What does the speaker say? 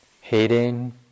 hating